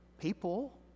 people